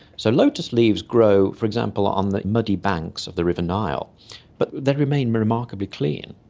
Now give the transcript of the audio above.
so lotus leaves grow for example on the muddy banks of the river nile but they remain remarkably clean.